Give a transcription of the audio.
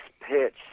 pitch